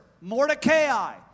mordecai